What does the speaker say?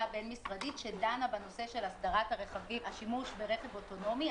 הבין-משרדית שדנה בנושא של אסדרת השימוש ברכב אוטונומי,